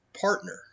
partner